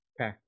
Okay